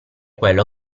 quello